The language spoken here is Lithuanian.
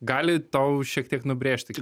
gali tau šiek tiek nubrėžti